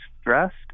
stressed